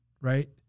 right